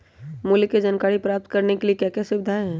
मूल्य के जानकारी प्राप्त करने के लिए क्या क्या सुविधाएं है?